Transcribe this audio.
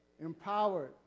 empowered